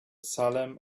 salem